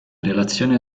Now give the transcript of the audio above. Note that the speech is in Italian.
relazione